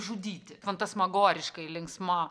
žudyti fantasmagoriškai linksma